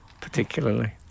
particularly